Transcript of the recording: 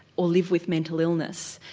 or live with mental illness,